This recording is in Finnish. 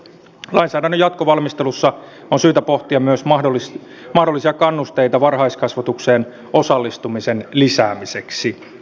lainsäädännön jatkovalmistelussa on syytä pohtia myös mahdollisia kannusteita varhaiskasvatukseen osallistumisen lisäämiseksi